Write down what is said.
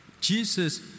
Jesus